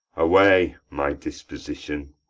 away, my disposition,